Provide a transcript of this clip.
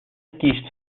kiest